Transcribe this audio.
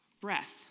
breath